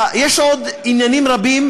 יש עוד עניינים רבים,